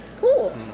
Cool